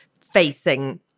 facing